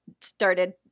started